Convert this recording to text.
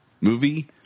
movie